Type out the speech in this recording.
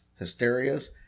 hysterias